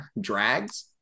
drags